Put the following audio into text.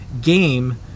game